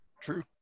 True